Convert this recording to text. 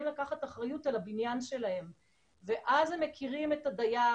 לקחת אחריות על הבניין שלהם ואז הם מכירים את הדייר,